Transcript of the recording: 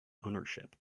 ownership